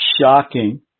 shocking